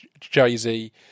Jay-Z